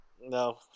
No